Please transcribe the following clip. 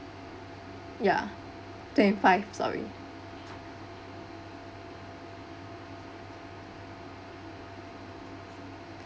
ya twenty five sorry